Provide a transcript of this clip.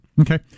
Okay